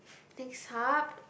next hub